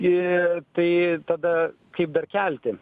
ir tai tada kaip dar kelti